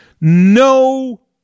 no